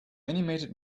animated